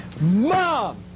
Mom